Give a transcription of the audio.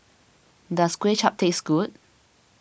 does Kuay Chap taste good